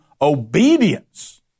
obedience